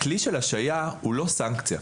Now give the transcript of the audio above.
הכלי של השעיה הוא לא סנקציה.